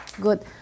Good